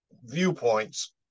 viewpoints